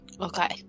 Okay